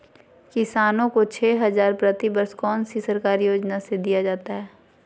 किसानों को छे हज़ार प्रति वर्ष कौन सी सरकारी योजना से दिया जाता है?